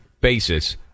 basis